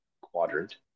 quadrant